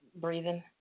breathing